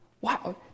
Wow